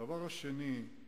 הדבר השני,